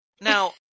now